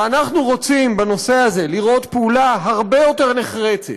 ואנחנו רוצים בנושא הזה לראות פעולה הרבה יותר נחרצת,